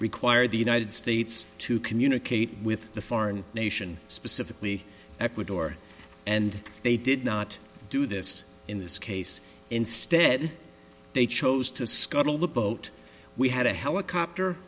required the united states to communicate with the foreign nation specifically ecuador and they did not do this in this case instead they chose to scuttle the boat we had a helicopter